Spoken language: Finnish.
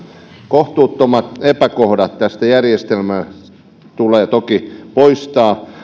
kohtuuttomat epäkohdat tästä järjestelmästä tulee toki poistaa